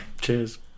Cheers